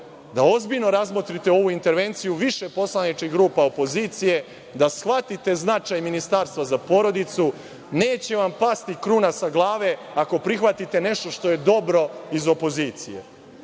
da ozbiljno razmotrite ovu intervenciju više poslaničkih grupa opozicije, da shvatite značaj ministarstva za porodicu, neće vam pasti kruna sa glave ako prihvatite nešto što je dobro iz opozicije.